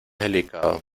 delicado